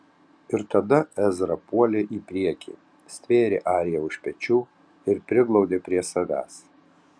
ir tada ezra puolė į priekį stvėrė ariją už pečių ir priglaudė prie savęs